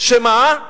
ולומר לה: אני